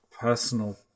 personal